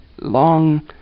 long